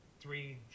three